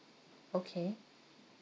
okay